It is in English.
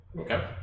Okay